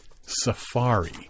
Safari